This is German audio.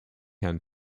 herrn